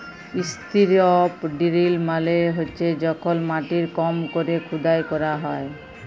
strip drill মালে হছে যখল মাটির কম ক্যরে খুদাই ক্যরা হ্যয়